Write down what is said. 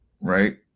right